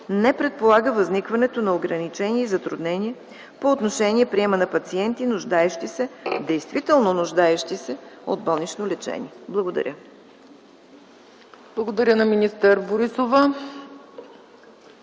не предполага възникването на ограничения и затруднения по отношение приема на пациенти, нуждаещи се, действително нуждаещи се от болнично лечение. Благодаря. ПРЕДСЕДАТЕЛ ЦЕЦКА ЦАЧЕВА: Благодаря на министър Борисова.